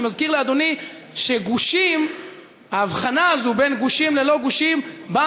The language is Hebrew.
אני מזכיר לאדוני שההבחנה הזאת בין גושים ללא גושים באה